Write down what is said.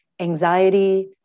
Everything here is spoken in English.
Anxiety